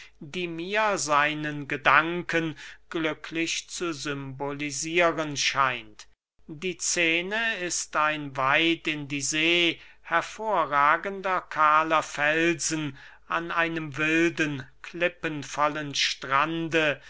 die mir seinen gedanken glücklich zu symbolisieren scheint die scene ist ein weit in die see hervorragender kahler felsen an einem wilden klippenvollen strande